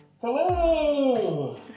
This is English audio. Hello